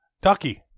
Ducky